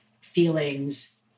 feelings